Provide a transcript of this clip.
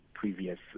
previous